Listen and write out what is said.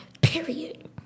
Period